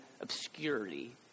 obscurity